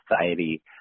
society